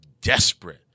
desperate